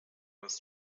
was